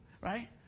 right